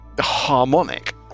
harmonic